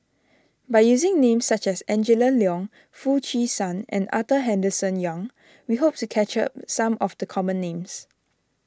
by using names such as Angela Liong Foo Chee San and Arthur Henderson Young we hope to capture some of the common names